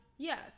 Yes